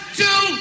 two